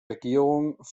regierung